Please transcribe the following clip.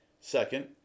Second